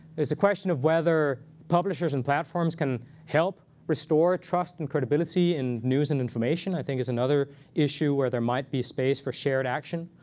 a question of whether publishers and platforms can help restore trust and credibility in news and information, i think is another issue where there might be space for shared action.